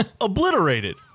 obliterated